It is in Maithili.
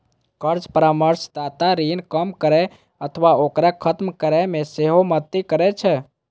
कर्ज परामर्शदाता ऋण कम करै अथवा ओकरा खत्म करै मे सेहो मदति करै छै